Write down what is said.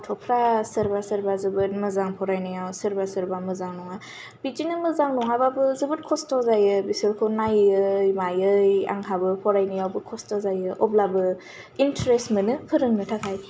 गथ'फ्रा सोरबा सोरबा जोबोर मोजां फरायनायाव सोरबा सोरबा मोजां नङा बिदिनो मोजां नङाबाबो जोबोत खस्थ' जायो बेफोरखौ नायै मायै आंहाबो फरायनायावहाय खस्थ' जायो अब्लाबो इनट्रेस मोनो फोरोंनो थाखाय